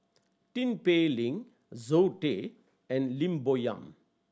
Tin Pei Ling Zoe Tay and Lim Bo Yam